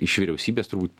iš vyriausybės turbūt